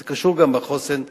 זה קשור גם בחוסן הלאומי.